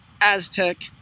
Aztec